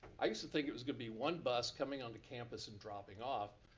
i used to think it was gonna be one bus coming on the campus and dropping off,